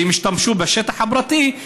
שהם השתמשו בשטח הפרטי,